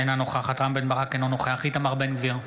אינה נוכחת רם בן ברק, אינו נוכח איתמר בן גביר,